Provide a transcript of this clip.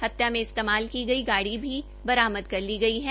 हत्या में इस्तेमाल की गई गाड़ी भी बरामद कर ली गई है